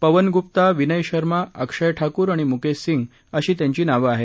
पवन गुप्ता विनय शर्मा अक्षय ठाकूर आणि मुकेश सिंग अशी त्यांची नावं आहेत